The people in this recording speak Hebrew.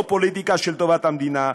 לא פוליטיקה של טובת המדינה,